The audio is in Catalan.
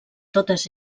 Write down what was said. totes